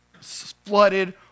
flooded